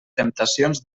temptacions